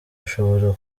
ashobora